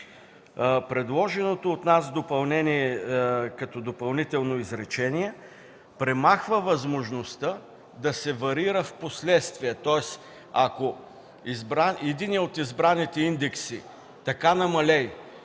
Предложеното от нас допълнение като допълнително изречение премахва възможността да се варира впоследствие, тоест ако единият от избраните индекси намалее